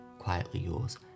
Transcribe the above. quietlyyours